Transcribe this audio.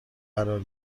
قرار